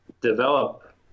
develop